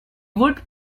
would